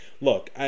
look